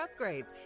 upgrades